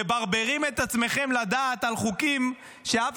מברברים את עצמכם לדעת על חוקים שאף